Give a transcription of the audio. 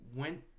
went